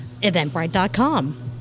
eventbrite.com